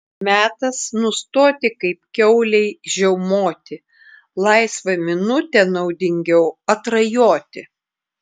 metas nustoti kaip kiaulei žiaumoti laisvą minutę naudingiau atrajoti